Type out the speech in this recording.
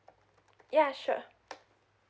ya sure